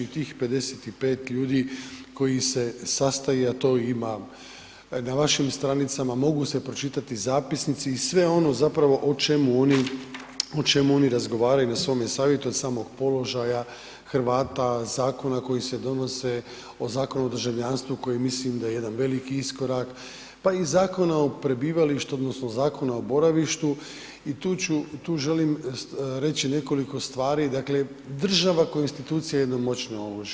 Tih 55 ljudi koji se sastaje, a to ima na našim stranicama, mogu se pročitati zapisnici i sve ono zapravo o čemu oni razgovaraju na svome Savjetu, od samog položaja Hrvata, zakona koji se donose, o Zakonu o državljanstvu koji mislim da je jedan veliki iskorak, pa i Zakona o prebivalištu odnosno Zakona o boravištu i tu ću, tu želim reći nekoliko stvari, dakle država kao institucija je jedno moćno oružje.